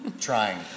Trying